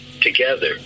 together